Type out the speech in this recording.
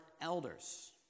elders